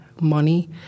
money